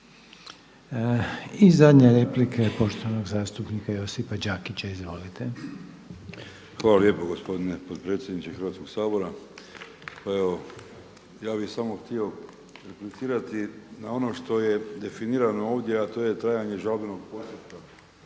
I zadnja replika je poštovanog zastupnika Josipa Đakića. Izvolite. **Đakić, Josip (HDZ)** Hvala lijepo gospodine potpredsjedniče Hrvatskog sabora. Pa evo ja bih samo htio replicirati na ono što je definirano ovdje, a to je trajanje žalbenog postupka.